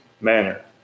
manner